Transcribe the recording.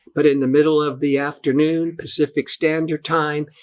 but in the middle of the afternoon, pacific standard time,